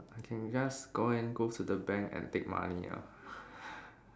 I can just go in go to the bank and take money ah